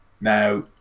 Now